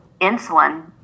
insulin